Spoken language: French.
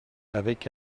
avec